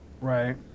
Right